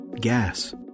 gas